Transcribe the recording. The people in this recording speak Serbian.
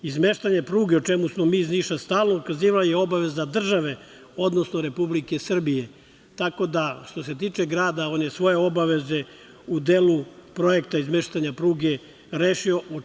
Izmeštanje pruge, o čemu smo mi iz Niša stalno ukazivali, je obaveza države, odnosno Republike Srbije, tako da što se tiče grada, on je svoje obaveze u delu projekta izmeštanja pruge rešio.